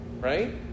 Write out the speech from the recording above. Right